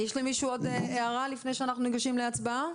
יש למישהו עוד הערה לפני שאנחנו ניגשים להצבעה?